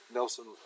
Nelson